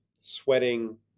sweating